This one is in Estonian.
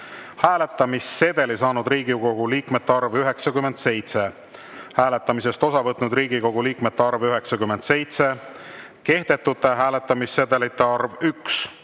Hääletamissedeli saanud Riigikogu liikmete arv – 97. Hääletamisest osa võtnud Riigikogu liikmete arv – 97. Kehtetute hääletamissedelite arv –